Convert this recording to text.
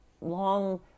long